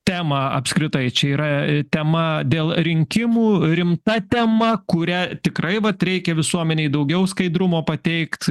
temą apskritai čia yra tema dėl rinkimų rimta tema kurią tikrai vat reikia visuomenei daugiau skaidrumo pateikt